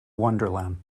wonderland